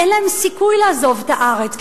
אין להם סיכוי לעזוב את הארץ.